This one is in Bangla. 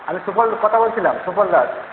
আমি সুফল কথা বলছিলাম সুফল দাস